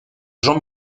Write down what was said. jean